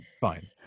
Fine